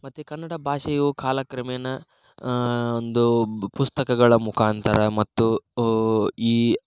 ಮತ್ಉ ಕನ್ನಡ ಭಾಷೆಯು ಕಾಲ ಕ್ರಮೇಣ ಒಂದು ಪುಸ್ತಕಗಳ ಮುಖಾಂತರ ಮತ್ತು ಈ